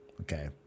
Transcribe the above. okay